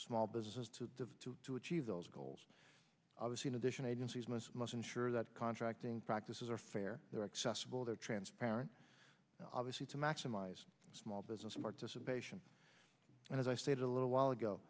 small businesses to to to achieve those goals in addition agencies must must ensure that contracting practices are fair they're accessible they're transparent obviously to maximize small business participation and as i stated a little while